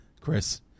Chris